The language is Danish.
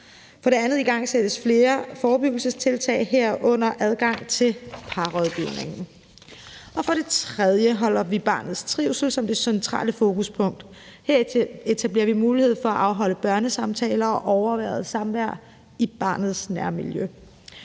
For det andet igangsættes flere forebyggelsestiltag, herunder adgang til parrådgivning. For det tredje holder vi barnets trivsel som det centrale fokuspunkt. Vi etablerer mulighed for at afholde børnesamtaler og overvåget samvær i barnets nærmiljø.